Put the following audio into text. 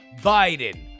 Biden